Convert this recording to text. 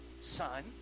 son